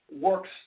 works